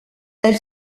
elle